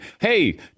hey